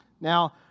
Now